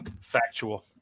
Factual